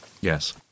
Yes